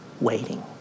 waiting